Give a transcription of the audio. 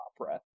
opera